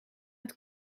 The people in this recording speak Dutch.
het